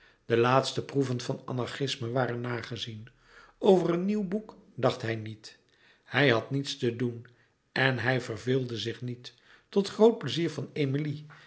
de laatste proeven van anarchisme waren nagezien over een nieuw boek dacht hij niet hij had niets te doen en hij verveelde zich niet tot groot pleizier van emilie